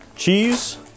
Cheese